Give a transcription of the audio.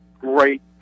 great